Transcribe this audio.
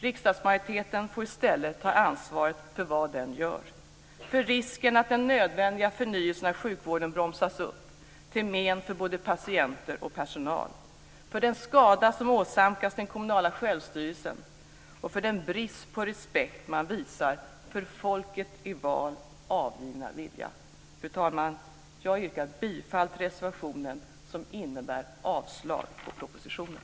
Riksdagsmajoriteten får i stället ta ansvaret för vad den gör - för risken att den nödvändiga förnyelsen av sjukvården bromsas upp till men för både patienter och personal, för den skada som åsamkas den kommunala självstyrelsen och för den brist på respekt man visar för folkets i val avgivna vilja. Fru talman! Jag yrkar bifall till reservationen som innebär avslag på propositionen.